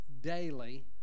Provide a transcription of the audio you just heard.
daily